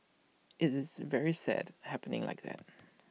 IT is very sad happening like that